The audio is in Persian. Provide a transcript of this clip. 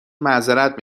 معذرت